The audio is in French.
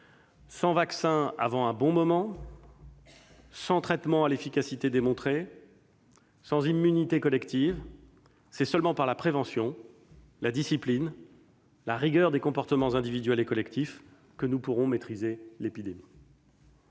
Sans vaccin avant un bon moment, sans traitement à l'efficacité démontrée, sans immunité collective, c'est seulement par la prévention, la discipline, la rigueur des comportements individuels et collectifs que nous pourrons maîtriser l'épidémie.